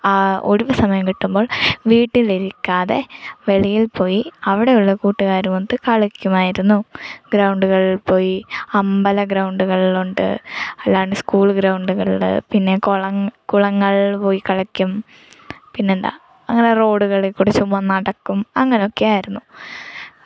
ഒഴിവ് സമയം കിട്ടുമ്പോൾ വീട്ടിലിരിക്കാതെ വെളിയിൽ പോയി അവിടെ ഉള്ള കൂട്ടുകാരുമൊത്ത് കളിക്കുമായിരുന്നു ഗ്രൗണ്ടുകളിൽ പോയി അമ്പല ഗ്രൗണ്ടുകൾ ഉണ്ട് അല്ലാതെ സ്കൂൾ ഗ്രൗണ്ടുകളുണ്ട് പിന്നെ കൊളങ് കുളങ്ങളിൽ പോയി കളിക്കും പിന്നെന്താ അങ്ങനെ റോഡുകളിൽ കൂടി ചുമ്മാ നടക്കും അങ്ങനെയൊക്കെ ആയിരുന്നു